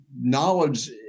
knowledge